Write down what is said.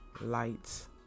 lights